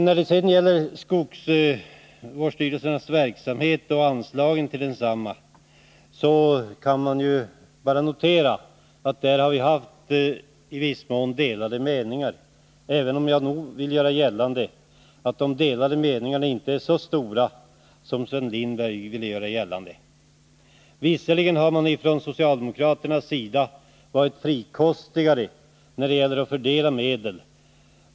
När det gäller skogsvårdsstyrelsernas verksamhet och anslagen till dem kan man dock notera att vi haft något delade meningar, även om jag anser att meningsskiljaktigheterna inte är så stora som Sven Lindberg ville göra gällande. Från socialdemokraternas sida har man dock varit frikostigare när det gäller att fördela medlen.